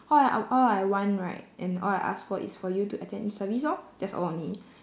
what I all I want right and all I ask for is for you to attend service lor that's all only